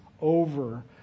over